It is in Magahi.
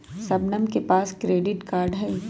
शबनम के पास क्रेडिट कार्ड हई